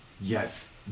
yes